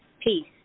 peace